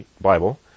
Bible